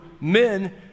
men